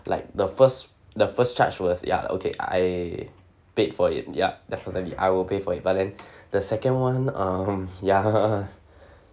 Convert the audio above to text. like the first the first charge was ya okay I paid for it yup definitely I will pay for it but then the second [one] um ya